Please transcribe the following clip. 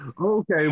Okay